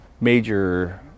major